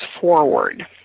forward